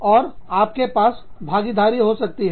और आपके पास भागीदारी हो सकती है